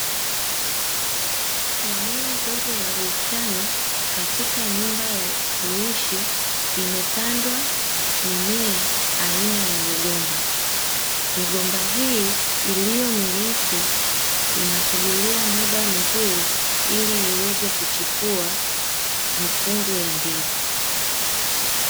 Eneo dogo la bustani katika nyumba ya kuishi, imepandwa mimea aina ya migomba, migomba hii iliyo mirefu inasubiria muda mzuri ili iweze kuchipua mikungu ya ndizi.